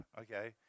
okay